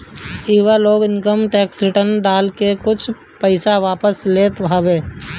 इहवा लोग income tax return डाल के कुछ पईसा वापस ले लेत हवे